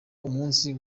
umunsi